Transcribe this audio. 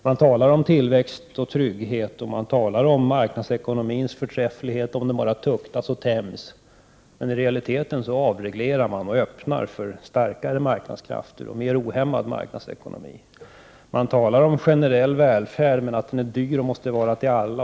Man talar om tillväxt och trygghet och man talar om marknadsekonomins förträfflighet om den bara tuktas och tämjs. Men i realiteten avreglerar man och öppnar för starkare marknadskrafter och mer ohämmad marknadsekonomi. Man talar om generell välfärd — men att den är dyr och att den måste gälla för alla.